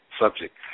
subject